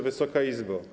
Wysoka Izbo!